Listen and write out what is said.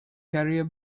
carrier